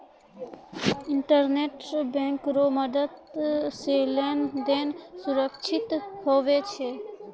internet bank रो मदद से लेन देन सुरक्षित हुवै छै